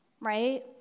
right